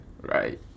Right